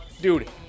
Dude